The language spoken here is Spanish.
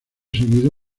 seguido